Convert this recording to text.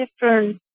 different